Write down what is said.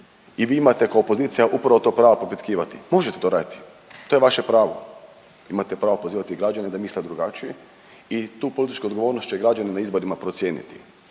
i vi imate kao opozicija upravo to pravo propitkivati. Možete to raditi, do je vaše pravo. Imate pravo pozivati građane da misle drugačije i tu političku odgovornost će građani na izborima procijeniti.